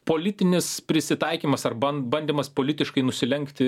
politinis prisitaikymas ar ban bandymas politiškai nusilenkti